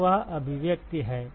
तो वह अभिव्यक्ति है